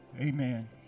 Amen